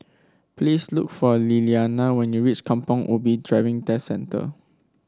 please look for Liliana when you reach Kampong Ubi Driving Test Centre